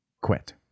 quit